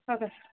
okay sir